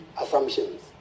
assumptions